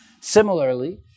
Similarly